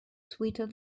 sweeter